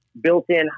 built-in